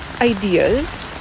ideas